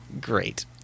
great